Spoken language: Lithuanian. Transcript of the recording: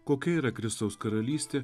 kokia yra kristaus karalystė